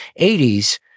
80s